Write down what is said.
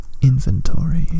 inventory